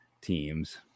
teams